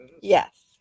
Yes